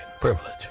privilege